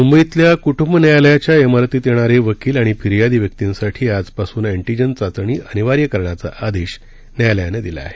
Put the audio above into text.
मुंबईतल्या कुटुंब न्यायालयाच्या शिरतीत येणारे वकील आणि फिर्यादी व्यक्तींसाठी आजपासून अस्तीजेन चाचणी अनिवार्य करण्याचा आदेश न्यायालयानं दिला आहे